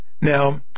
Now